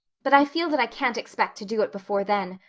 but i feel that i can't expect to do it before then,